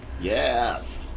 yes